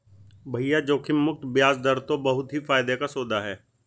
भैया जोखिम मुक्त बयाज दर तो बहुत ही फायदे का सौदा है